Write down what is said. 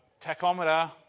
tachometer